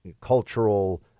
cultural